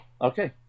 Okay